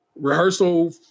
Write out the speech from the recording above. rehearsal